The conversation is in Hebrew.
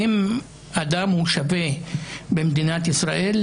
האם אדם שווה במדינת ישראל,